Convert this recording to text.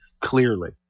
clearly